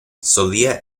solía